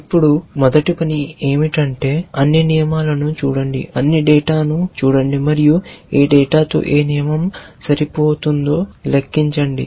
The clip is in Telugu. ఇప్పుడు మొదటి పని ఏమిటంటే అన్ని నియమాలను చూడండి అన్ని డేటాను చూడండి మరియు ఏ డేటాతో ఏ నియమం సరిపోతుందో లెక్కించడం